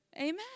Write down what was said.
amen